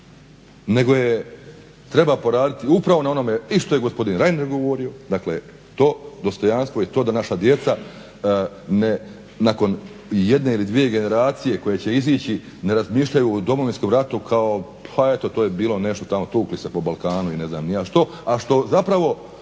Nego treba poraditi upravo na onome i što je gospodin Reiner govorio, dakle to dostojanstvo i to da naša djeca nakon jedne ili dvije generacije koje će izaći ne razmišljaju o Domovinskom ratu kao pa eto to je bilo nešto tamo tukli se po Balkanu i ne znam ni ja što, a što zapravo